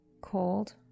cold